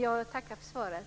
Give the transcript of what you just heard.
Jag tackar för svaret.